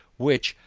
which,